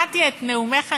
שמעתי את נאומך הנרגש,